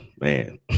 man